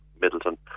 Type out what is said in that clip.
Middleton